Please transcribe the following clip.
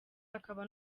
akaba